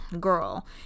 girl